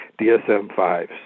DSM-5